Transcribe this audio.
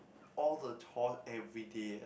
all the chores every day